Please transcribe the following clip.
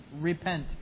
Repent